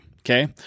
Okay